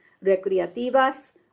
recreativas